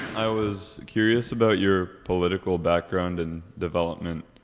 i was curious about your political background and development,